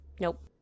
nope